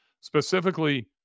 specifically